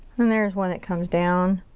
and there's one that comes down.